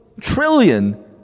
trillion